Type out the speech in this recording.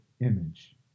image